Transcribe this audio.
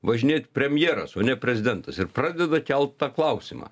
važinėt premjeras o ne prezidentas ir pradeda kelt tą klausimą